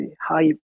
high